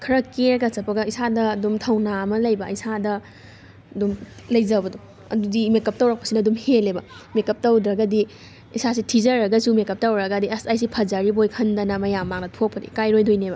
ꯈꯔ ꯀꯦꯔꯒ ꯆꯠꯄꯒ ꯏꯁꯥꯗ ꯑꯗꯨꯝ ꯊꯧꯅꯥ ꯑꯃ ꯂꯩꯕ ꯏꯁꯥꯗ ꯑꯗꯨꯝ ꯂꯩꯖꯕꯗꯣ ꯑꯗꯨꯗꯤ ꯃꯦꯀꯞ ꯇꯧꯔꯛꯄꯁꯤꯅ ꯑꯗꯨꯝ ꯍꯦꯜꯂꯦꯕ ꯃꯦꯀꯞ ꯇꯧꯗ꯭ꯔꯒꯗꯤ ꯏꯁꯥꯁꯦ ꯊꯤꯖꯔꯒꯁꯨ ꯃꯦꯀꯞ ꯇꯧꯔꯒꯗꯤ ꯑꯁ ꯑꯩꯁꯤ ꯐꯖꯔꯤꯕꯣꯏ ꯈꯟꯗꯅ ꯃꯌꯥꯝ ꯃꯥꯡꯗ ꯊꯣꯛꯄꯗ ꯏꯀꯥꯏꯔꯣꯏꯗꯣꯏꯅꯦꯕ